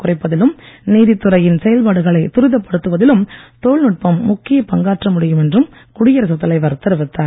குறைப்பதிலும் நீதித்துறையின் செயல்பாடுகளை துரிதப்படுத்துவதிலும் தொழில்நுட்பம் முக்கியப் பங்காற்ற முடியும் என்றும் குடியரசுத் தலைவர் தெரிவித்தார்